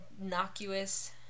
innocuous